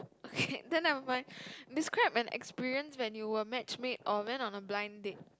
okay then never mind describe an experience when you were match made or went on a blind date